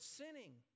sinning